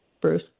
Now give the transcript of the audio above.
Bruce